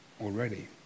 already